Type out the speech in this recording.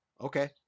okay